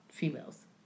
Females